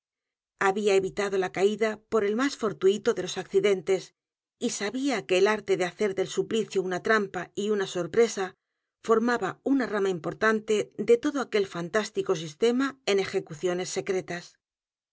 había evitado la caída por el más fortuito de los accidentes y sabía que el arte de hacer del suplicio una t r a m p a y una sorpresa formaba una rama importante de todo aquel fantástico sistema de